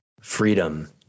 freedom